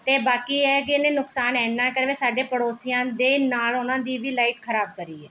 ਅਤੇ ਬਾਕੀ ਇਹ ਹੈਗੇ ਨੇ ਨੁਕਸਾਨ ਇੰਨਾ ਕਰਿਆ ਵੀ ਸਾਡੇ ਪੜੋਸੀਆਂ ਦੇ ਨਾਲ਼ ਉਹਨਾਂ ਦੀ ਵੀ ਲਾਈਟ ਖਰਾਬ ਕਰੀ ਏ